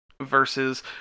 Versus